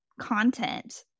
content